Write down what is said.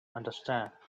understand